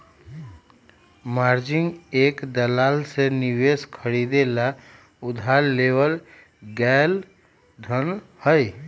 margin एक दलाल से निवेश खरीदे ला उधार लेवल गैल धन हई